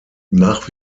nach